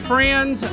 Friends